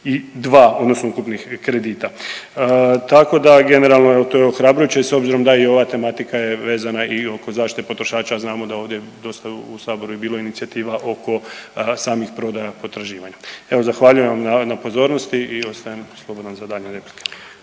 na 3,82 odnosno ukupnih kredita. Tako da generalno to je ohrabrujuće s obzirom da i ova tematika je vezana i oko zaštite potrošača, a znamo da ovdje dosta u Saboru je bilo inicijativa oko samih prodaja potraživanja. Evo zahvaljujem vam na pozornosti i ostajem slobodan za daljnje replike.